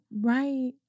Right